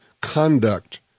conduct